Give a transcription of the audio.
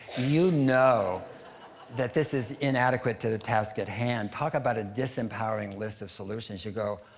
you know that this is inadequate to the task at hand. talk about a disempowering list of solutions. you go,